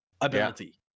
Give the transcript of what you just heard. ability